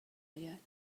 اید